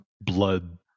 blood